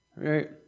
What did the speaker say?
right